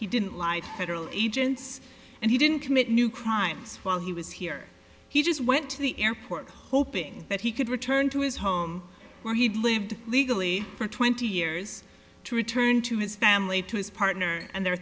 he didn't lie federal agents and he didn't commit new crimes while he was here he just went to the airport hoping that he could return to his home where he had lived legally for twenty years to return to his family to his partner and the